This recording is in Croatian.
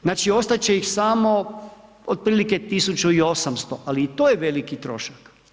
Znači ostat će ih samo otprilike 1800, ali i to je veliki trošak.